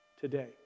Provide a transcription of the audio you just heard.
today